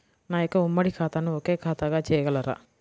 నా యొక్క ఉమ్మడి ఖాతాను ఒకే ఖాతాగా చేయగలరా?